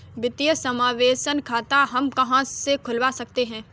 वित्तीय समावेशन खाता हम कहां से खुलवा सकते हैं?